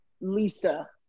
Lisa